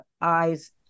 eyes